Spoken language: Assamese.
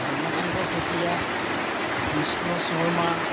ধৰ্মকান্ত চেতিয়া কৃষ্ণ শৰ্মা